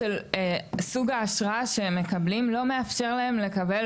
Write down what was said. סוג האשרה שהם מקבלים לא מאפשר להם לקבל